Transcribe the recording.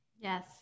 yes